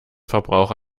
verbrauch